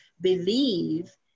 believe